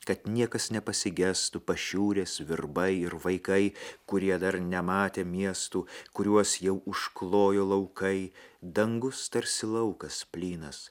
kad niekas nepasigestų pašiūrės virbai ir vaikai kurie dar nematė miestų kuriuos jau užklojo laukai dangus tarsi laukas plynas